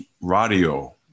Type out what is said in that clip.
radio